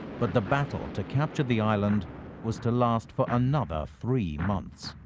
but the battle to capture the island was to last for another three months.